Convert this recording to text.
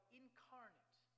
incarnate